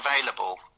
available